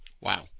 Wow